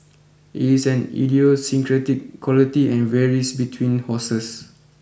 it is an idiosyncratic quality and varies between horses